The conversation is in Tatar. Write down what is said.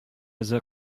эзе